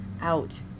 out